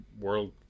World